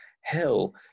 hell